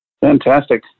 Fantastic